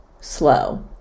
slow